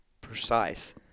precise